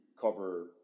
cover